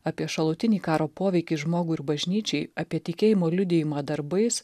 apie šalutinį karo poveikį žmogui ir bažnyčiai apie tikėjimo liudijimą darbais